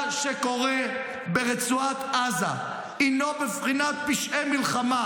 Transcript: מה שקורה ברצועת עזה הינו בבחינת פשעי מלחמה